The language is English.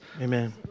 Amen